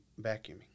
vacuuming